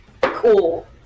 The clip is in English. Cool